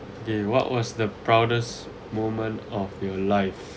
okay what was the proudest moment of your life